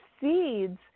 seeds